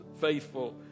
faithful